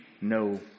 no